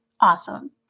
awesome